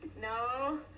No